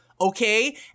Okay